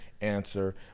answer